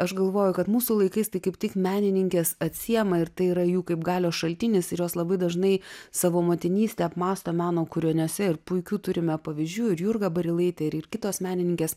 aš galvoju kad mūsų laikais tai kaip tik menininkės atsiejama ir tai yra jų kaip galios šaltinis ir jos labai dažnai savo motinystę apmąsto meno kūriniuose ir puikių turime pavyzdžių ir jurga barilaitė kitos menininkės